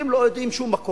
אתם לא יודעים על שום מקום,